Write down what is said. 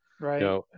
Right